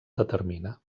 determina